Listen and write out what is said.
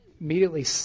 immediately